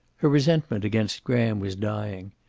her resentment against graham was dying.